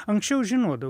anksčiau žinodavau